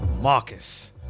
Marcus